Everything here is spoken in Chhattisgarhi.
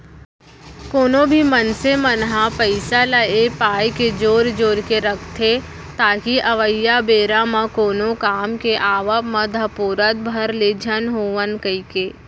कोनो भी मनसे मन ह पइसा ल ए पाय के जोर जोर के रखथे ताकि अवइया बेरा म कोनो काम के आवब म धपोरत भर ले झन होवन कहिके